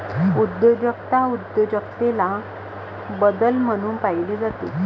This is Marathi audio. उद्योजकता उद्योजकतेला बदल म्हणून पाहिले जाते